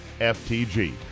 FTG